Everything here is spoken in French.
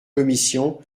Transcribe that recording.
commission